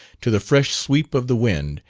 to the fresh sweep of the wind,